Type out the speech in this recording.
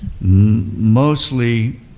mostly